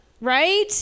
Right